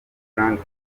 grande